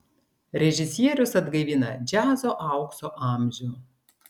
režisierius atgaivina džiazo aukso amžių